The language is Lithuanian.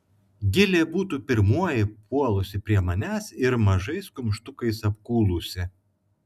gilė būtų pirmoji puolusi prie manęs ir mažais kumštukais apkūlusi